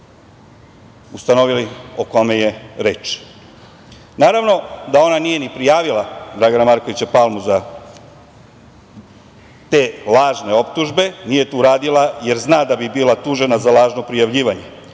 ustanovili o kome je reč. Naravno da ona nije ni prijavila Dragana Markovića Palmu za te lažne optužbe. Nije to uradila, jer zna da bi bila tužena za lažno prijavljivanje,